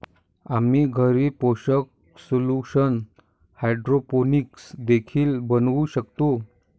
आम्ही घरी पोषक सोल्यूशन हायड्रोपोनिक्स देखील बनवू शकतो